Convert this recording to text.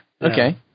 Okay